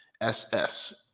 SS